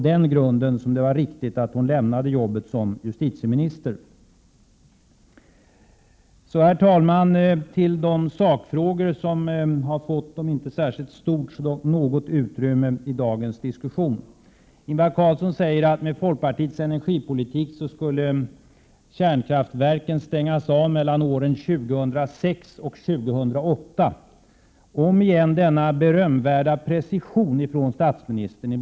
Därför var det riktigt att hon lämnade jobbet som justitieminister. Så, herr talman, till de sakfrågor som har fått om än inte särskilt stort men ändå något utrymme i dagens diskussion. Ingvar Carlsson säger att folkpartiets energipolitik skulle innebära att kärnkraftverken stängdes av någon gång mellan 2006 och 2008 — återigen denna berömvärda precision från statsministerns sida.